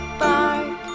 bark